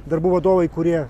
darbų vadovai kurie